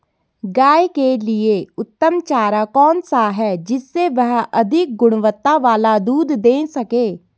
गाय के लिए उत्तम चारा कौन सा है जिससे वह अधिक गुणवत्ता वाला दूध दें सके?